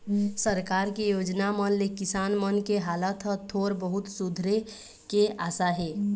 सरकार के योजना मन ले किसान मन के हालात ह थोर बहुत सुधरे के आसा हे